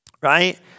Right